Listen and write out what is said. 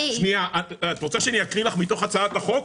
שנייה, את רוצה שאני אקריא לך מתוך הצעת החוק?